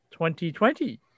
2020